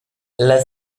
las